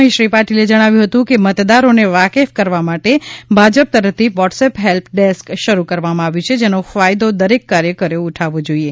અહી શ્રી પાટિલે જણાવ્યુ હતું કે મતદારોને વાકેફ કરવા માટે ભાજપ તરફથી વોટ્સએપ હેલ્પ ડેસ્ક શરૂ કરવામાં આવ્યું છે જેનો ફાયદો દરેક કાર્યકરે ઉઠાવવો જોઈએ